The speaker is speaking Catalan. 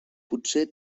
potser